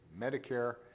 Medicare